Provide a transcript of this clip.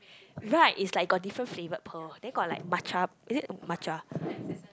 right it's like got different flavored pearl then got like Matcha is it Matcha